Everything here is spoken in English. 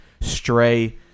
Stray